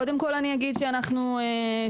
קודם כול אני אגיד שאנחנו שותפים,